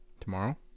Tomorrow